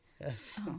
yes